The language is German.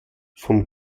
vom